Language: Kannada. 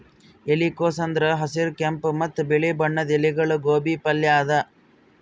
ಎಲಿಕೋಸ್ ಅಂದುರ್ ಹಸಿರ್, ಕೆಂಪ ಮತ್ತ ಬಿಳಿ ಬಣ್ಣದ ಎಲಿಗೊಳ್ದು ಗೋಬಿ ಪಲ್ಯ ಅದಾ